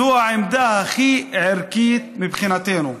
זו העמדה הכי ערכית מבחינתנו.